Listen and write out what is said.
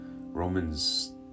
Romans